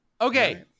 Okay